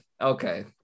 Okay